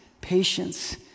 patience